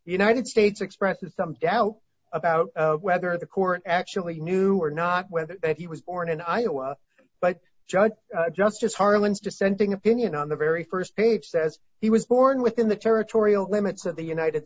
united states expresses some doubt about whether the court actually knew or not whether he was born in iowa but judge justice harlan's dissenting opinion on the very st page says he was born within the territorial limits of the united